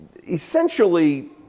Essentially